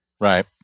right